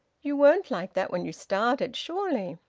you weren't like that when you started, surely?